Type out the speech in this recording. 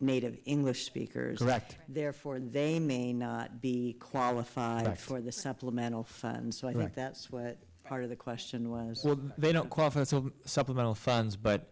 native english speakers act therefore they may not be qualified for the supplemental funds so i think that's what part of the question was they don't qualify as a supplemental funds but